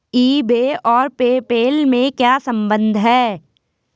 ई बे और PayPal में क्या संबंध है?